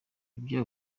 ibyo